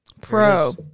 Pro